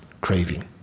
craving